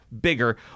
Bigger